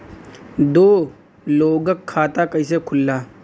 दो लोगक खाता कइसे खुल्ला?